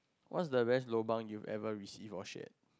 what is the best lobang you ever received or shared